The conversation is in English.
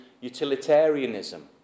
utilitarianism